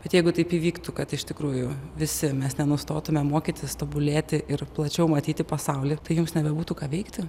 bet jeigu taip įvyktų kad iš tikrųjų visi mes nenustotume mokytis tobulėti ir plačiau matyti pasaulį tai jums nebebūtų ką veikti